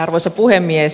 arvoisa puhemies